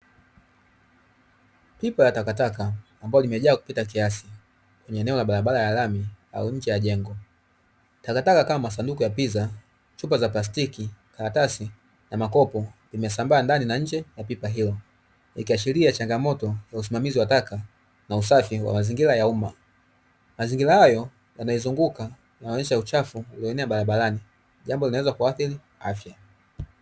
Pipa la takataka ambalo limejaa kupita kiasi, kwenye eneo la barabara ya lami au nje ya jengo. Takataka kama masanduku ya piza, chupa za plastiki, karatasi, na makopo vimesambaa ndani na nje ya pipa hilo. Ikiashiria changamoto ya usimamizi wa taka na usafi wa mazingira ya umma, mazingira hayo yanayoizunguka yanaonyesha uchafu ulioenea barabarani jambo linaloweza kuathiri afya.